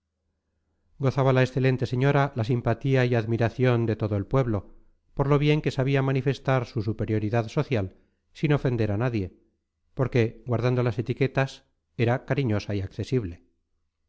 la excelente señora la simpatía y admiración de todo el pueblo por lo bien que sabía manifestar su superioridad social sin ofender a nadie porque guardando las etiquetas era cariñosa y accesible